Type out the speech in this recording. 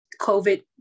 COVID